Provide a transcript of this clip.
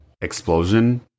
explosion